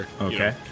Okay